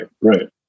right